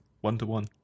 one-to-one